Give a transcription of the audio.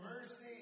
mercy